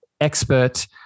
expert